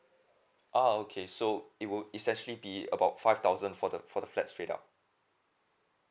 oh okay so it would is actually be about five thousand for the for the flat straight up